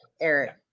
Eric